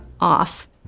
off